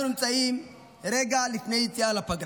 אנחנו נמצאים רגע לפני יציאה לפגרה.